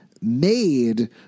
made